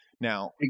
Now